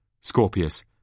Scorpius